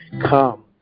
Come